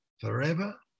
forever